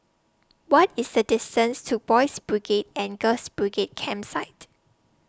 What IS The distance to Boys' Brigade and Girls' Brigade Campsite